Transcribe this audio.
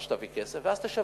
עד שתביא כסף, ואז תשווק.